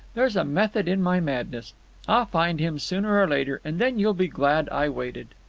there's a method in my madness. i'll find him sooner or later, and then you'll be glad i waited.